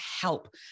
help